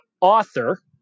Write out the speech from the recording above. author